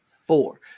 Four